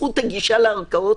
זכות הגישה לערכאות,